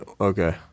okay